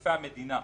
לגופי המדינה.